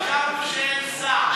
חשבתי שאין שר.